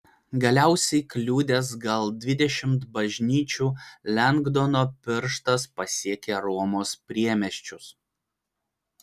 galiausiai kliudęs gal dvidešimt bažnyčių lengdono pirštas pasiekė romos priemiesčius